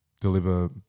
deliver